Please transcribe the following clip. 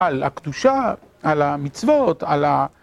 על הקדושה, על המצוות, על ה...